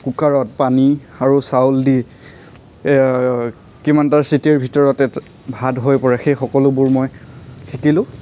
কুকাৰত পানী আৰু চাউল দি কিমানটা চিটিৰ ভিতৰতে ভাত হৈ পৰে সেই সকলোবোৰ মই শিকিলোঁ